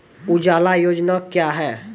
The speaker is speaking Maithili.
उजाला योजना क्या हैं?